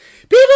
People